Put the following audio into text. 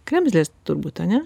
kremzlės turbūt ane